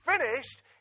finished